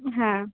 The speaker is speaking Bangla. হ্যাঁ